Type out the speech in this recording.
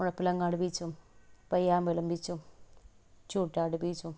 മുഴപ്പിലങ്ങാടി ബീച്ചും പയ്യാമ്പലം ബീച്ചും ചൂട്ടാട് ബീച്ചും